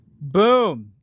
Boom